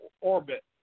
orbit